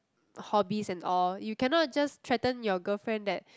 hobbies and all you cannot just threaten your girlfriend that